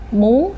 muốn